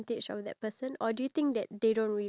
you know you're older than me